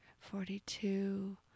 forty-two